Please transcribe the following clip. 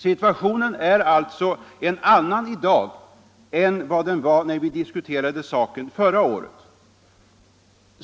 Situationen är alltså i dag en annan än vad den var när vi diskuterade saken förra året.